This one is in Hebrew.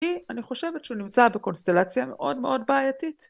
כי אני חושבת שהוא נמצא בקונסטלציה מאוד מאוד בעייתית.